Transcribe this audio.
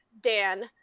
Dan